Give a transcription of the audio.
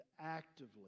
actively